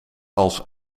als